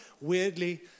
weirdly